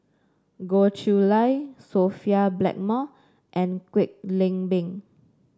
Goh Chiew Lye Sophia Blackmore and Kwek Leng Beng